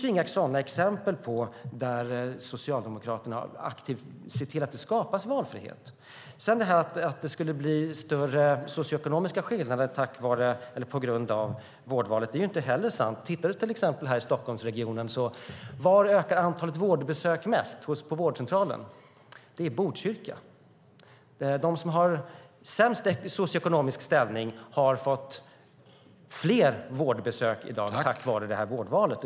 Det finns alltså inga exempel på att Socialdemokraterna aktivt ser till att det skapas valfrihet. Att det skulle bli större socioekonomiska skillnader på grund av vårdvalet är inte heller sant. Vi kan titta exempelvis på Stockholmsregionen. Var ökar antalet vårdbesök mest på vårdcentralen? Det är i Botkyrka. De som har sämst socioekonomisk ställning har i dag fler vårdbesök tack vare vårdvalet.